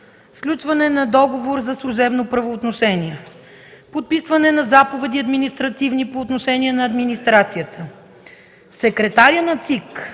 сключване на договор за служебно правоотношение; подписване на административни заповеди по отношение на администрацията. Секретарят на ЦИК,